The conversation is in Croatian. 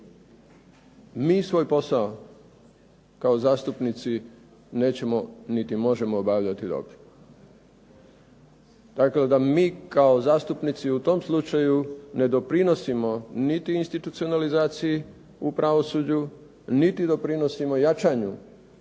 mi svoj posao kao zastupnici nećemo niti možemo obavljati dobro. Dakle, da mi kao zastupnici u tom slučaju ne doprinosimo niti institucionalizaciji u pravosuđu niti doprinosimo jačanju